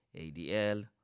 ADL